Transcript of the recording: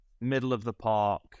middle-of-the-park